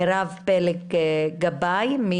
מרב פלג גבאי.